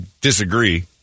disagree